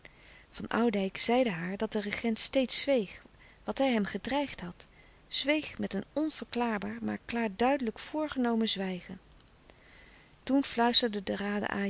van oudijck zeide haar dat de regent steeds zweeg wat hij hem gedreigd had zweeg met een onverklaarbaar maar klaarduidelijk voorgenomen zwijgen toen fluisterde de